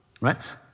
Right